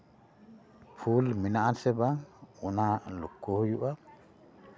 ᱯᱷᱩᱞ ᱢᱮᱱᱟᱜᱼᱟ ᱥᱮ ᱵᱟᱝ ᱚᱱᱟ ᱞᱚᱠᱠᱷᱚ ᱦᱩᱭᱩᱜᱼᱟ